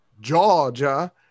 Georgia